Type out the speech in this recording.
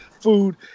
food